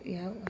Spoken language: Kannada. ಯಾವ